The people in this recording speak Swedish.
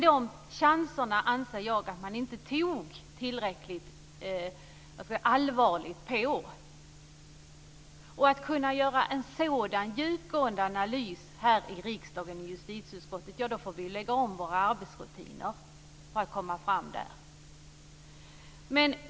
De chanserna anser jag att man inte tog tillräckligt till vara. För att kunna göra en sådan djupgående analys här i riksdagen i justitieutskottet får vi lägga om våra arbetsrutiner.